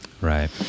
Right